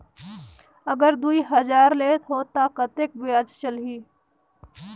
अगर दुई हजार लेत हो ता कतेक ब्याज चलही?